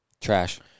Trash